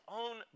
own